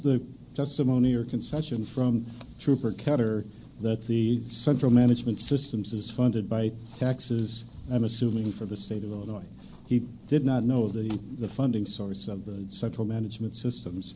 monier concession from trooper carter that the central management systems is funded by taxes i'm assuming for the state of illinois he did not know that the funding source of the central management systems